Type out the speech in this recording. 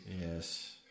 Yes